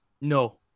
No